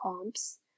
comps